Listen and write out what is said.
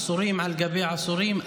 עשורים על גבי עשורים.